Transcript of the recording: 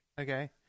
Okay